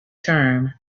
term